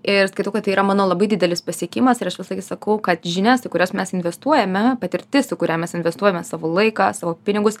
ir skaitau kad tai yra mano labai didelis pasiekimas ir aš visą laiką sakau kad žinias į kurias mes investuojame patirtis į kurią mes investuojame savo laiką savo pinigus